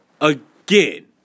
Again